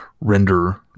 render